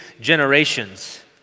generations